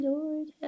Lord